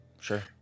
Sure